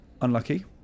unlucky